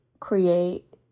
create